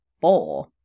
four